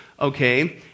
okay